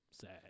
Sad